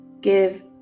give